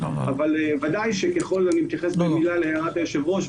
אני מתייחס במילה להערת היושב ראש.